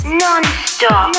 non-stop